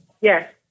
Yes